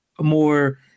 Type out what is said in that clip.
more